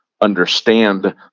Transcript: understand